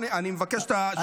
אני מבקש שלושים שניות.